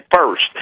first